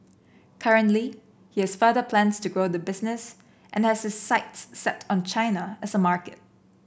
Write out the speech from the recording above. currently he has further plans to grow the business and has his sights set on China as a market